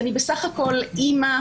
אני בסך-הכול אימא,